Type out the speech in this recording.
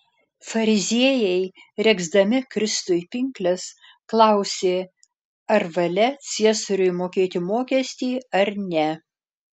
fariziejai regzdami kristui pinkles klausė ar valia ciesoriui mokėti mokestį ar ne